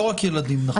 לא רק ילדים, נכון?